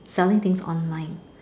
selling things online